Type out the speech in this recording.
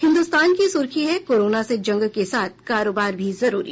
हिन्दुस्तान की सुर्खी है कोरोना से जंग के साथ कारोबार भी जरूरी